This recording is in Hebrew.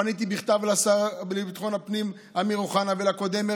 פניתי בכתב אל השר לביטחון הפנים אמיר אוחנה ולקודם,